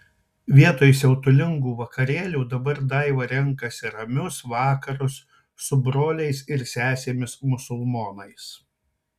vietoj siautulingų vakarėlių dabar daiva renkasi ramius vakarus su broliais ir sesėmis musulmonais